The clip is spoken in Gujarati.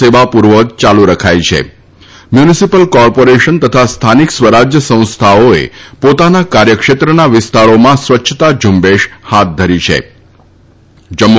સેવા પૂર્વવત ચાલુ રખાઈ છે મ્યુનિસિપલ કોર્પોરેશન તથા સ્થાનિક સ્વરાજ સંસ્થાઓએ પોતાના કાર્યક્ષેત્રના વિસ્તારોમાં સ્વચ્છતા ઝુંબેશ હાથ ધરી છેજમ્મ